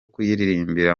kuyiririmba